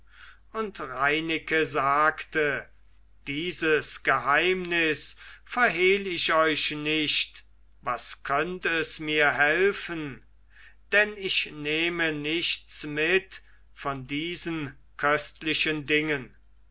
und reineke sagte dieses geheimnis verhehl ich euch nicht was könnt es mir helfen denn ich nehme nichts mit von diesen köstlichen dingen